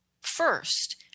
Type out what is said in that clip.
first